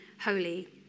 holy